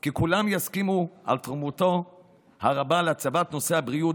כי כולם יסכימו על תרומתו הרבה להצבת נושא הבריאות